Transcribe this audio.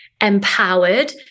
empowered